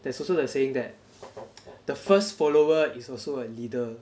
there's also the saying that the first follower is also a leader